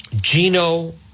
Gino